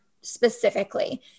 specifically